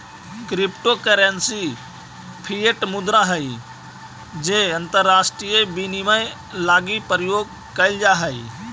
crypto currency fiat मुद्रा हइ जे अंतरराष्ट्रीय विनिमय लगी प्रयोग कैल जा हइ